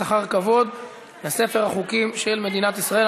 אחר כבוד לספר החוקים של מדינת ישראל.